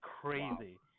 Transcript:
crazy